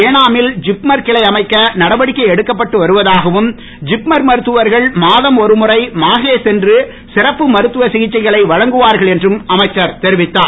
ஏனாமில் ஜிப்மர் கிளை அமைக்க நடவடிக்கை எடுக்கப்பட்டு வருவதாகவும் ஜிப்மர் மருத்துவர்கள் மாதம் ஒரு முறை மாஹே சென்று சிறப்பு மருத்துவ சிகிச்சைகளை வழங்குவார்கள் என்றும் அமைச்சர் தெரிவித்தார்